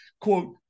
quote